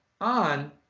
On